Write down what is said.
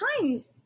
times